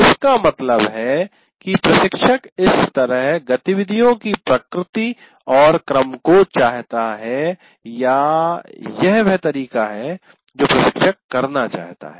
इसका मतलब है कि प्रशिक्षक इस तरह गतिविधियों की प्रकृति और क्रम को चाहता है या यह वह तरीका है जो प्रशिक्षक करना चाहता है